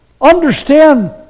Understand